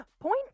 Point